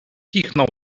kichnął